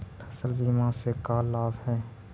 फसल बीमा से का लाभ है?